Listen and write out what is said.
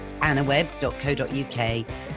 annaweb.co.uk